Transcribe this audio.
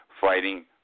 fighting